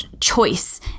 choice